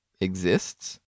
exists